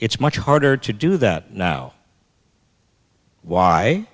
it's much harder to do that now why